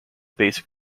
basic